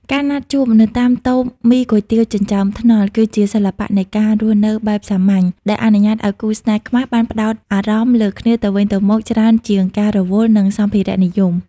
ការណាត់ជួបនៅតាមតូបមីគុយទាវចិញ្ចើមថ្នល់ គឺជាសិល្បៈនៃការរស់នៅបែបសាមញ្ញ ដែលអនុញ្ញាតឱ្យគូស្នេហ៍ខ្មែរបានផ្ដោតអារម្មណ៍លើគ្នាទៅវិញទៅមក ច្រើនជាងការរវល់នឹងសម្ភារៈនិយម។